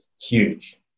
huge